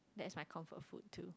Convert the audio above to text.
that is my comfort food too